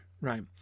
right